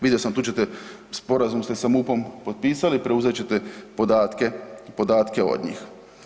Vidio sam, tu ćete, sporazum ste sa MUP-om potpisali, preuzet ćete podatke od njih.